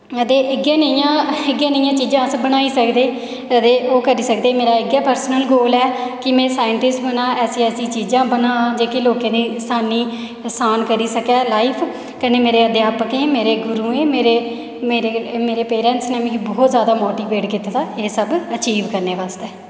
ते इ'यै नेहियां इ'यै नेहियां चीजां अस बनाई सकदे ते ओह् करी सकदे मेरा इ'यै पर्सनल गोल ऐ कि में साईंटिस्ट बनां ऐसी ऐसी चीजां बनां जेह्की लोकें दी असानी आसान करी सकै लाईफ कन्नै मेरे अध्यापकेंमेरे गुरुएं मेरे मेरे मेरे पेरैंटस ने मिगी बौह्त जादा मोटिवेट कीते दा ऐ एह् सब अचीव करने बास्तै